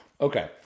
okay